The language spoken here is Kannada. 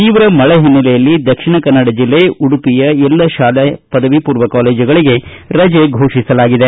ತೀವ್ರ ಮಳೆ ಹಿನ್ನಲೆಯಲ್ಲಿ ದಕ್ಷಿಣ ಕನ್ನಡ ಜಿಲ್ಲೆಯ ಎಲ್ಲ ಶಾಲೆ ಪದವಿ ಪೂರ್ವ ಕಾಲೇಜುಗಳಿಗೆ ರಜೆ ಘೋಷಿಸಲಾಗಿದೆ